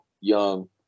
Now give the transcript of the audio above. Young